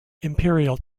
imperial